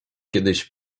kiedyś